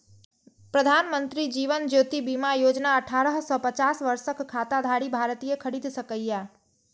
प्रधानमंत्री जीवन ज्योति बीमा योजना अठारह सं पचास वर्षक खाताधारी भारतीय खरीद सकैए